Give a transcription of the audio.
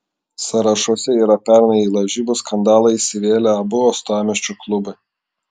sąrašuose yra pernai į lažybų skandalą įsivėlę abu uostamiesčio klubai